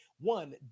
One